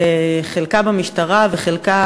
חלקה במשטרה וחלקה,